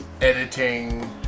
editing